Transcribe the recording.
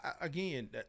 again